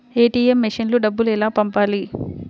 ATM మెషిన్లో డబ్బులు ఎలా పంపాలి?